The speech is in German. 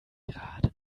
gerade